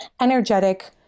energetic